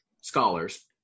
scholars